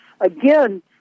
again